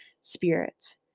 Spirit